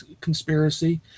conspiracy